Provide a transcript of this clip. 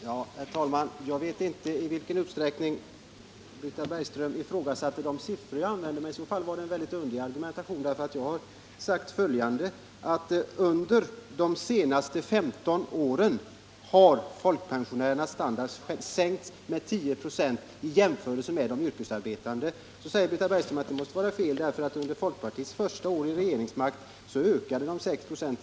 Herr talman! Jag vet inte i vilken utsträckning Britta Bergström ifrågasatte de siffror som jag använde mig av. Men om hon ifrågasatte dem, var hennes argumentation mycket underlig. Jag har sagt följande: Under de senaste 15 åren har folkpensionärernas standard, i jämförelse med de yrkesarbetande, sänkts med 10 96. Britta Bergström säger att det måste vara fel, då pensionärernas tillgängliga medel under folkpartiets första år i regeringsställning ökade med 6 96.